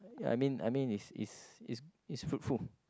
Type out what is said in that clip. I mean I mean it's it's it's it's fruitful